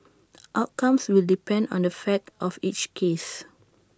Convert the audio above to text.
outcomes will depend on the fact of each case